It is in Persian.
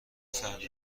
فردا